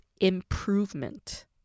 improvement